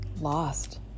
lost